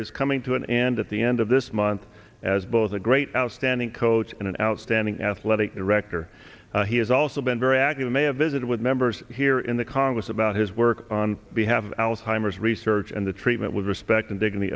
is coming to an end at the end of this month as both a great outstanding coach and an outstanding athletic director he has also been very active in may have visited with members here in the congress about his work on behalf of alzheimer's research and the treatment with respect and dig